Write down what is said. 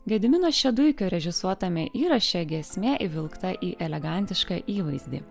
gedimino šeduikio režisuotame įraše giesmė įvilkta į elegantišką įvaizdį